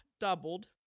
doubled